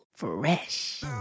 Fresh